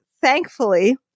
thankfully